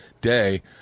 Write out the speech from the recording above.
day